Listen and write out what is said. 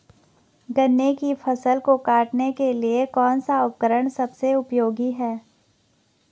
गन्ने की फसल को काटने के लिए कौन सा उपकरण सबसे उपयोगी है?